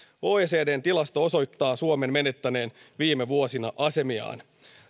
oecdn tilasto osoittaa suomen menettäneen viime vuosina asemiaan